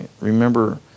remember